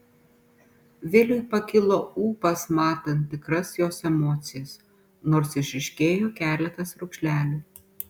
viliui pakilo ūpas matant tikras jos emocijas nors išryškėjo keletas raukšlelių